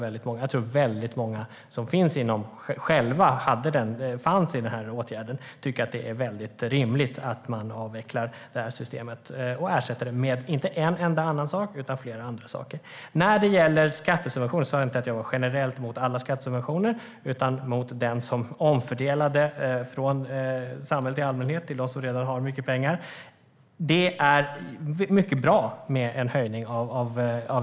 Jag tror att många i denna åtgärd tycker att det är rimligt att detta system avvecklas och ersätter det med inte en enda annan sak utan flera andra saker. Jag sa inte att jag var emot alla skattesubventioner, utan jag är emot den som omfördelar från samhället i allmänhet till dem som redan har mycket pengar. En höjning av lönestödet är mycket bra.